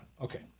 Okay